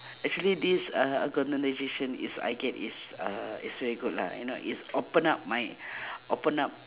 actually this uh organisation is I get is uh is very good lah you know is open up my open up